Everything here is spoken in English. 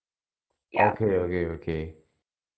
okay okay okay